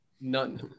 None